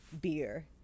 beer